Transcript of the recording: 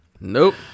Nope